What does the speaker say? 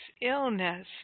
illness